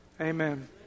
Amen